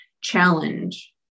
challenge